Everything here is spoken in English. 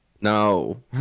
No